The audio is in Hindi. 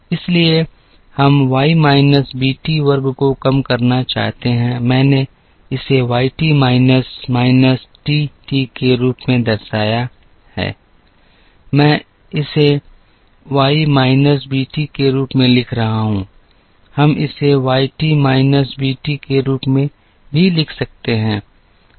इसलिए हम वाई माइनस बी टी वर्ग को कम करना चाहते हैं मैंने इसे Y T minus minus T T के रूप में दर्शाया है मैं इसे वाई माइनस बी टी के रूप में लिख रहा हूं हम इसे Y T minus B T के रूप में भी लिख सकते हैं